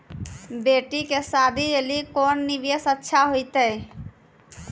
बेटी के शादी लेली कोंन निवेश अच्छा होइतै?